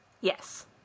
yes